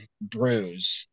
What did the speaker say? bruise